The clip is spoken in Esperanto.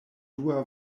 dua